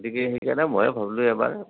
গতিকে সেইকাৰণে মইয়ে ভাবিলো এবাৰ